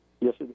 Yes